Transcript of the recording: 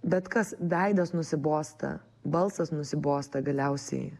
bet kas veidas nusibosta balsas nusibosta galiausiai